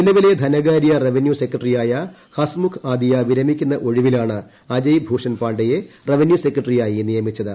നിലവിലെ ധനകാര്യ റവന്യൂ സെക്രട്ടറിയായ ഹസ്മുഖ് ആദിയ വിരമിക്കുന്ന ഒഴിവിലാണ് അജയ് ഭൂഷൻ പാണ്ഡയെ റവന്യൂ സെക്രട്ടറിയായി നിയമിച്ചത്